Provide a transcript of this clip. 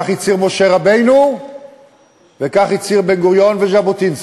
כך הצהיר משה רבנו וכך הצהירו בן-גוריון וז'בוטינסקי.